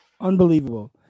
unbelievable